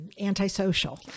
antisocial